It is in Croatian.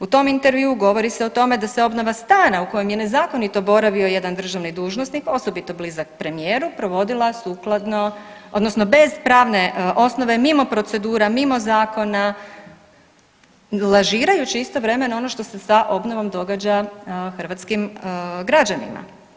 U tom intervjuu govori se o tome da se obnova stana u kojem je nezakonito boravio jedan državni dužnosnik osobito blizak premijeru, provodila sukladno, odnosno bez pravne osnove, mimo procedura, mimo zakona, lažirajući istovremeno ono što se sa obnovom događa hrvatskim građanima.